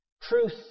Truth